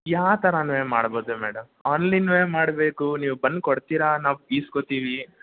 ಯಾ ಥರ ಅಂದರೆ ಮಾಡ್ಬೌದು ಮೇಡಮ್ ಅಲ್ಲಿಂದನೆ ಮಾಡಬೇಕು ನೀವು ಬಂದು ಕೊಡ್ತಿರಾ ನಾವು ಇಸ್ಕೊತಿವಿ